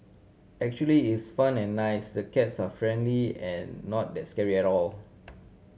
actually is fun and nice the cats are friendly and not that scary at all